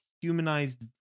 humanized